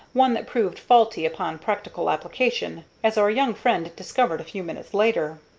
one that proved faulty upon practical application, as our young friend discovered a few minutes later.